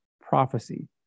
prophecy